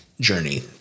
journey